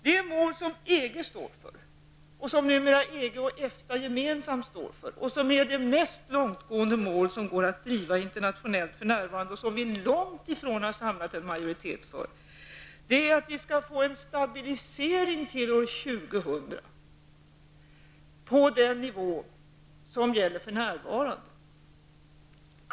Det mål som EG står för, det som numera EG och EFTA gemensamt står för och som är det mest långtgående mål som för närvarande går att driva internationellt och som vi långt ifrån har samlat en majoritet för, är att vi till år 2000 skall få en stabilisering på den nivå som gäller för närvarande.